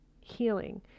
healing